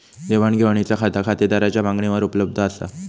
देवाण घेवाणीचा खाता खातेदाराच्या मागणीवर उपलब्ध असा